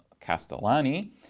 Castellani